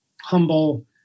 humble